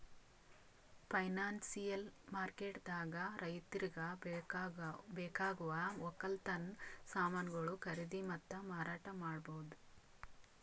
financial ಮಾರ್ಕೆಟ್ದಾಗ್ ರೈತರಿಗ್ ಬೇಕಾಗವ್ ವಕ್ಕಲತನ್ ಸಮಾನ್ಗೊಳು ಖರೀದಿ ಮತ್ತ್ ಮಾರಾಟ್ ಮಾಡ್ಬಹುದ್